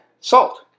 salt